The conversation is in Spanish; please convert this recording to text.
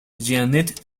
jeanette